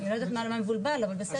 אני לא יודעת מה מבולבל אבל בסדר.